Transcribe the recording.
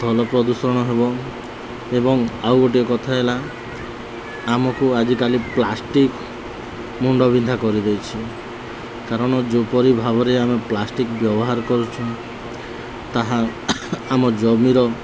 ଭଲ ପ୍ରଦୂଷଣ ହେବ ଏବଂ ଆଉ ଗୋଟିଏ କଥା ହେଲା ଆମକୁ ଆଜିକାଲି ପ୍ଲାଷ୍ଟିକ ମୁଣ୍ଡ ବିିନ୍ଧା କରିଦେଇଛି କାରଣ ଯେପରି ଭାବରେ ଆମେ ପ୍ଲାଷ୍ଟିକ ବ୍ୟବହାର କରୁଛୁ ତାହା ଆମ ଜମିର